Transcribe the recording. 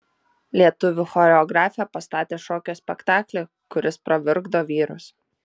lietuvių choreografė pastatė šokio spektaklį kuris pravirkdo vyrus